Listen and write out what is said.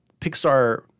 Pixar –